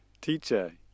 Teacher